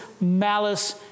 malice